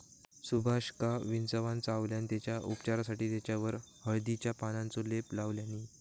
सुभाषका विंचवान चावल्यान तेच्या उपचारासाठी तेच्यावर हळदीच्या पानांचो लेप लावल्यानी